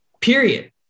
period